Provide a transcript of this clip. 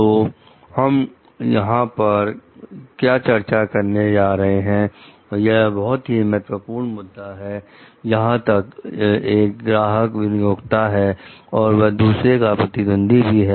तो हम यहां पर क्या चर्चा करने जा रहे हैं यह बहुत ही महत्वपूर्ण मुद्दा है जहां एक ग्राहक नियोक्ता है और वह दूसरे का प्रतिद्वंदी भी है